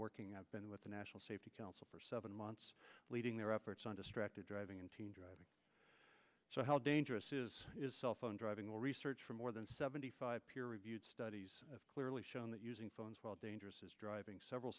working i've been with the national safety council for seven months leading their efforts on distracted driving and teen driving so how dangerous is is cellphone driving or research for more than seventy five peer reviewed studies clearly shown that using phones while dangerous is driving several